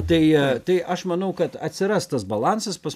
tai tai aš manau kad atsiras tas balansas pas